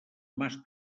mas